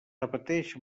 repeteix